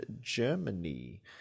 Germany